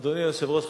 אדוני היושב-ראש,